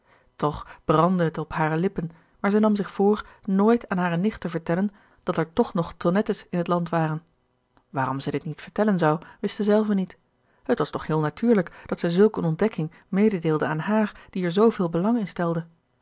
toch brandde het op hare lippen maar zij nam zich voor nooit aan hare nicht te vertellen dat er toch nog tonnettes in het land waren waarom zij dit niet vertellen zou wist zij zelve niet het was toch heel natuurlijk dat zij zulk eene ontdekking mededeelde aan haar die er zooveel belang in stelde